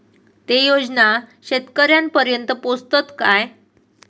ते योजना शेतकऱ्यानपर्यंत पोचतत काय?